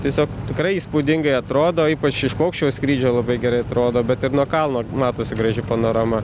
tiesiog tikrai įspūdingai atrodo ypač iš paukščio skrydžio labai gerai atrodo bet ir nuo kalno matosi graži panorama